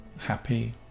Happy